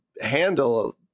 handle